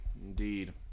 Indeed